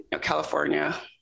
California